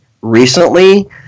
recently